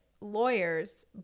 lawyers